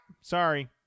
sorry